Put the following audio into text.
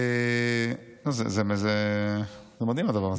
זה מדהים הדבר הזה.